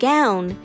Gown